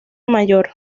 mayor